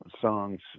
songs